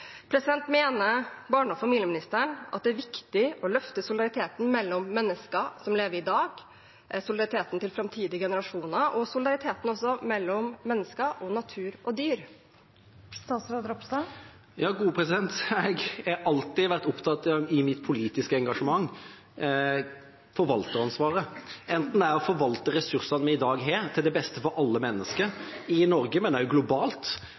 Mener barne- og familieministeren at det er viktig å løfte solidariteten mellom mennesker som lever i dag, solidariteten til framtidige generasjoner og solidariteten også mellom mennesker og natur og dyr? Jeg har alltid i mitt politiske engasjement vært opptatt av forvalteransvaret, å forvalte ressursene vi i dag har, til det beste for alle mennesker – i Norge, men også globalt.